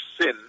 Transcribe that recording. sin